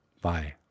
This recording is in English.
Bye